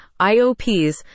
iops